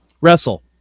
Wrestle